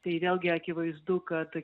tai vėlgi akivaizdu kad